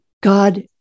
God